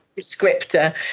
descriptor